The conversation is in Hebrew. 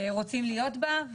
רוצים להיות בה.